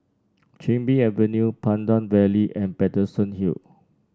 Chin Bee Avenue Pandan Valley and Paterson Hill